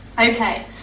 Okay